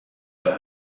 for